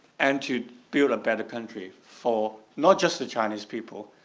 and to build a better country for not just the chinese people,